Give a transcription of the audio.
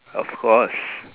of course